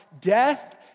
death